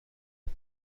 کنی